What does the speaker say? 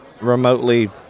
remotely